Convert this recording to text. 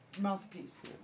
mouthpiece